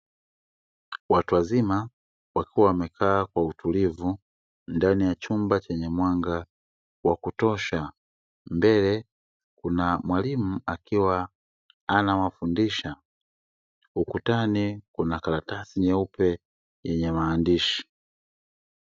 Watu wazima wakiwa wamekaa kwa utulivu ndani ya chumba chenye mwanga wa kutosha, mbele kuna mwalimu akiwa anawafundisha ukutani kuna karatasi nyeupe yenye maandishi.